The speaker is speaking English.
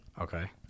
Okay